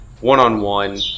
one-on-one